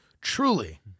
Truly